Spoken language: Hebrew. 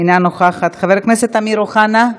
אינה נוכחת, חבר הכנסת אמיר אוחנה,